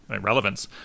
relevance